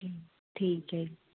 ਠੀਕ ਹੈ